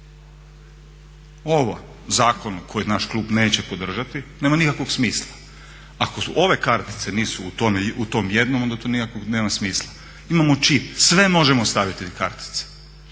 Ovaj zakon koji naš klub neće podržati nema nikakvog smisla. Ako ove kartice nisu u tom jednom onda to nikakvog nema smisla. Imamo čip, sve možemo staviti na kartice.